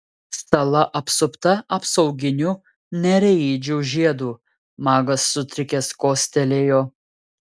sala apsupta apsauginiu nereidžių žiedu magas sutrikęs kostelėjo